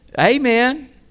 Amen